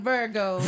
Virgo